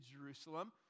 Jerusalem